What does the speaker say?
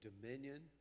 Dominion